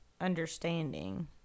understanding